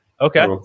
Okay